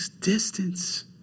distance